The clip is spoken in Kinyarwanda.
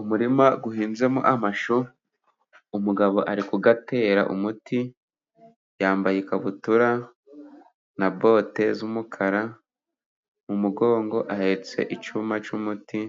Umurima uhinzemo amashu, umugabo ari kuYatera umuti, yambaye ikabutura na bote z'umukara, mu mugongo ahetse icyuma cy'umuti,